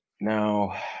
now